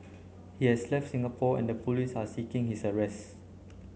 he has left Singapore and the police are seeking his arrest